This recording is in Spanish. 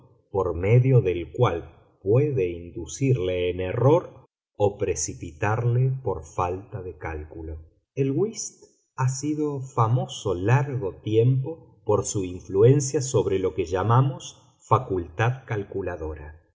por medio del cual puede inducirle en error o precipitarle por falta de cálculo el whist ha sido famoso largo tiempo por su influencia sobre lo que llamamos facultad calculadora